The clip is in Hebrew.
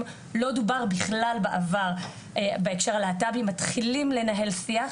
לא דובר בכלל בעבר בהקשר הלהט"בי מתחילים לנהל שיח,